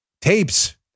Tapes